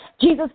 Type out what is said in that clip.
Jesus